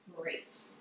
Great